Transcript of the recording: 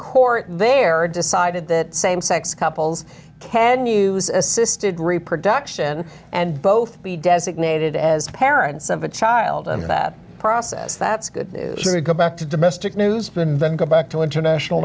court there are decided that same sex couples can use assisted reproduction and both be designated as parents of a child under that process that's good to go back to domestic news been then go back to international